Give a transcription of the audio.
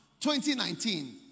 2019